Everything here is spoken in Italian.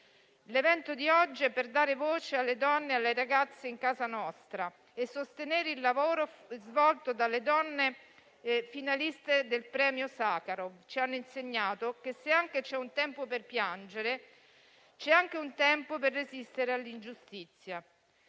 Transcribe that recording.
«L'evento di oggi è per dare voce alle donne e alle ragazze in casa nostra e sostenere il lavoro svolto dalle donne finaliste del premio Sacharov. Ci hanno insegnato che, se anche c'è un tempo per piangere, c'è anche un tempo per resistere all'ingiustizia».